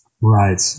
Right